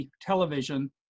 television